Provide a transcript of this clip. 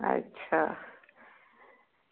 अच्छा